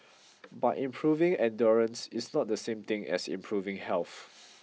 but improving endurance is not the same thing as improving health